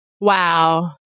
Wow